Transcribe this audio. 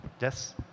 Yes